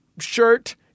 shirt